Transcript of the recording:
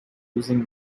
losing